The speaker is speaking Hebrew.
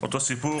אותו סיפור.